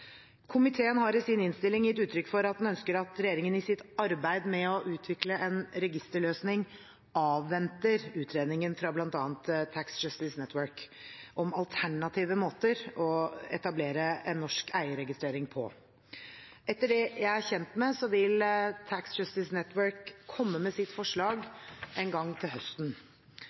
Komiteen har i sin innstilling gitt uttrykk for at den ønsker at regjeringen i sitt arbeid med å utvikle en registerløsning avventer utredningen fra bl.a. Tax Justice Network om alternative måter å etablere en norsk eierregistrering på. Etter det jeg er kjent med, vil Tax Justice Network komme med sitt forslag